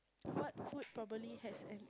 what food probably has an